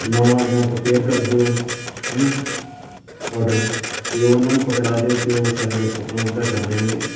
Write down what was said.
ਨਵਾਂ ਜਾਂ ਪ੍ਰਪੇਅਰ ਕਰ ਦਿਓ ਹੈ ਨਾ ਔਡਰ ਅਤੇ ਉਹਨਾਂ ਨੂੰ ਪਕੜਾ ਦਿਓ ਅਤੇ ਉਹ ਸਾਡੇ ਤੱਕ ਪ ਪਹੁੰਚਦਾ ਕਰ ਦੇਣਗੇ